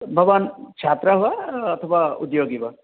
भवान् छात्रः वा अथवा उद्योगी वा